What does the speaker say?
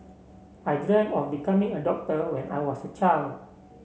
I dreamt of becoming a doctor when I was a child